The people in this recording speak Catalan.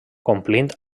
complint